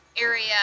area